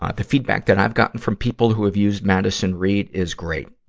ah the feedback that i've gotten from people who have used madison reed is great.